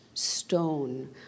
stone